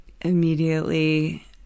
immediately